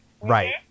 right